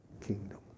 kingdom